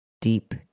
deep